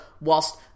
whilst